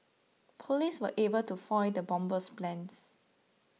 police were able to foil the bomber's plans